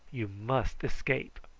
you must escape.